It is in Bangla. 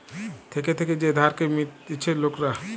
থেকে থেকে যে ধারকে মিটতিছে লোকরা